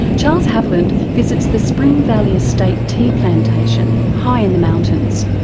charles haviland visits the spring valley estate tea plantation high in the mountains.